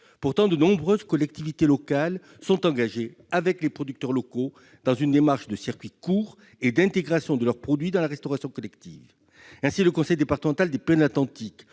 Pourtant, de nombreuses collectivités locales sont engagées avec les producteurs locaux dans une démarche de circuits courts et d'intégration de leurs produits dans la restauration collective. Ainsi, le conseil départemental des Pyrénées-Atlantiques,